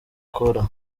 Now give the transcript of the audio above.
kōra